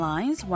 Lines